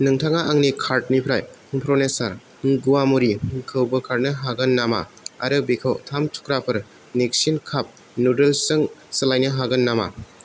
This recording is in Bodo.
नोंथाङा आंनि कार्टनिफ्राय प्र' नेचार गुवामुरिखौ बोखारनो हागोन नामा आरो बेखौ थाम थुख्राफोर निक्सिन काप नुदोल्स जों सोलायनो हागोन नामा